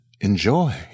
enjoy